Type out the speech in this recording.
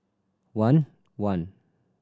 one one